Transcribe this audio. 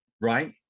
right